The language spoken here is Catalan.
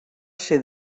ser